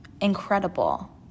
Incredible